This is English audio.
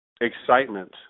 excitement